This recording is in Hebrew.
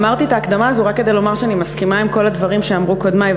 אמרתי את ההקדמה הזו רק כדי לומר שאני מסכימה עם כל הדברים שאמרו קודמי,